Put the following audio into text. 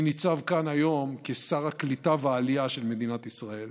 אני ניצב כאן היום כשר הקליטה והעלייה של מדינת ישראל